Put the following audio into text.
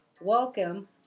Welcome